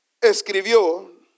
Escribió